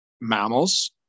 mammals